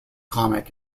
comic